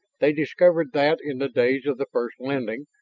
they discovered that in the days of the first landing,